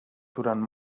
durant